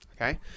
Okay